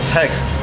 text